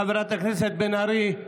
חברת הכנסת בן ארי.